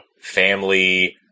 family